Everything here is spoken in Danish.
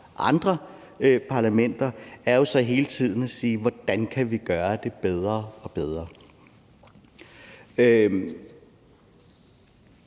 andre parlamenter som hele tiden at spørge, hvordan vi kan gøre det bedre og bedre.